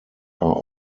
are